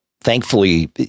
thankfully